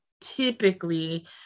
typically